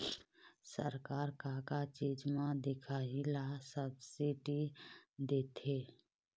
सरकार का का चीज म दिखाही ला सब्सिडी देथे?